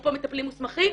אפרופו מטפלים מוסמכים.